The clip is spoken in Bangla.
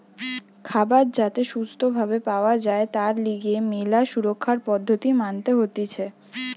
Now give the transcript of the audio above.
খাবার যাতে সুস্থ ভাবে খাওয়া যায় তার লিগে ম্যালা সুরক্ষার পদ্ধতি মানতে হতিছে